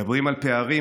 מדברים על פערים,